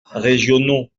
régionaux